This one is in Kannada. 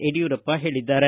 ಯಡಿಯೂರಪ್ಪ ಹೇಳಿದ್ದಾರೆ